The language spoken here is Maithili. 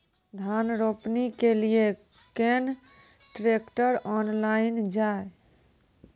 धान रोपनी के लिए केन ट्रैक्टर ऑनलाइन जाए?